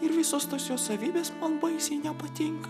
ir visos tos jos savybės man baisiai nepatinka